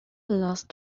lost